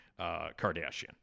Kardashian